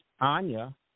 Anya